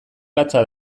latza